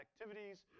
activities